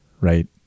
right